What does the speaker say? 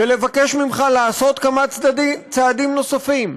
ולבקש ממך לעשות כמה צעדים נוספים.